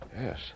Yes